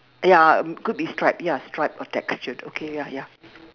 ya um could be striped ya striped or textured okay ya ya